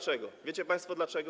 Czy wiecie państwo, dlaczego?